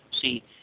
See